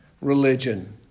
religion